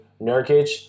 Nurkic